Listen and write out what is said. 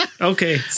Okay